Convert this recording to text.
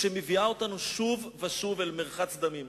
שמביאה אותנו שוב ושוב אל מרחץ דמים.